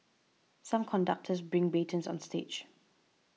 some conductors bring batons on stage